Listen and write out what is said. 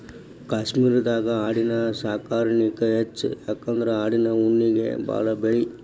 ಕಾಶ್ಮೇರದಾಗ ಆಡಿನ ಸಾಕಾಣಿಕೆ ಹೆಚ್ಚ ಯಾಕಂದ್ರ ಆಡಿನ ಉಣ್ಣಿಗೆ ಬಾಳ ಬೆಲಿ